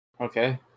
Okay